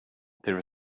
there